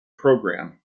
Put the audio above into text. program